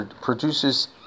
produces